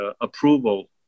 approval